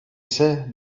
ise